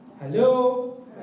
Hello